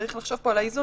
צריך לחשוב פה על האיזון,